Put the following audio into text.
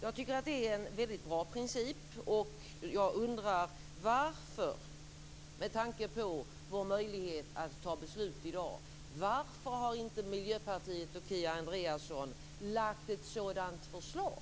Jag tycker att det är en väldigt bra princip. Jag undrar, med tanke på vår möjlighet att ta beslut i dag: Varför har inte Miljöpartiet och Kia Andreasson lagt ett sådant förslag?